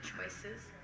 choices